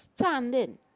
standing